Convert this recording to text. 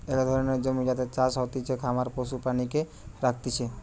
এক ধরণের জমি যাতে চাষ হতিছে, খামারে পশু প্রাণীকে রাখতিছে